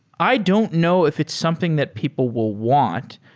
i don't know if it's something that people will want,